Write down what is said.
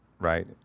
right